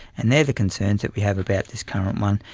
and they are the concerns that we have about this current one.